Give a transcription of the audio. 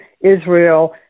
Israel